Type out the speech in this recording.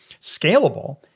scalable